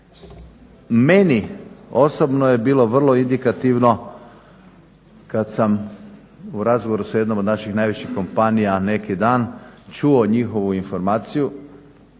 Meni osobno je bilo vrlo indikativno kad sam u razgovoru sa jednom od naših najvećih kompanija neki dan čuo njihovu informaciju